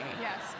Yes